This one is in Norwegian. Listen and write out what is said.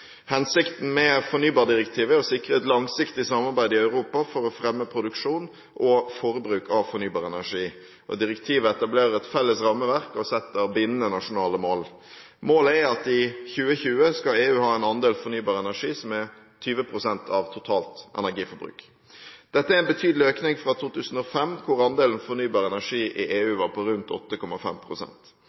Hensikten med fornybardirektivet er å sikre et langsiktig samarbeid i Europa for å fremme produksjon og forbruk av fornybar energi. Direktivet etablerer et felles rammeverk og setter bindende nasjonale mål. Målet er at EU i 2020 skal ha en andel fornybar energi som er 20 pst. av totalt energiforbruk. Dette er en betydelig økning fra 2005 hvor andelen fornybar energi i EU var på rundt